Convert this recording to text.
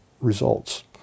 results